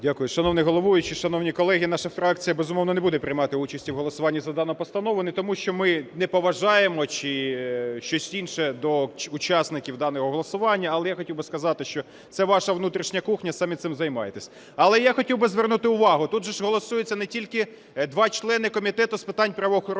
Дякую. Шановний головуючий, шановні колеги! Наша фракція, безумовно, не буде приймати участі в голосуванні за дану постанову не тому, що ми не поважаємо чи щось інше до учасників даного голосування, але я хотів би сказати, що це ваша внутрішня кухня і самі цим займайтеся. Але я хотів би звернути увагу, тут же голосуються не тільки два члени Комітету з питань правоохоронної